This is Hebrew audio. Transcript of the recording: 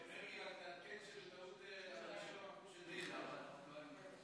תקנות סמכויות מיוחדות להתמודדות עם נגיף הקורונה החדש